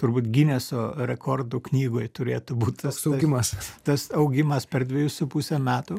turbūt gineso rekordų knygoj turėtų būt tas augimas tas augimas per dvejus su puse metų